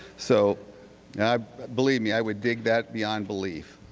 so believe me. i would dig that beyond belief.